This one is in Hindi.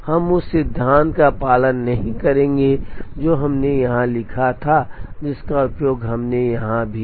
हम उस सिद्धांत का पालन नहीं करेंगे जो हमने यहाँ लिखा था जिसका उपयोग हमने यहाँ भी किया